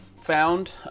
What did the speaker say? found